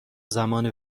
زمان